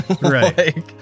Right